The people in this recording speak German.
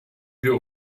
wir